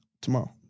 tomorrow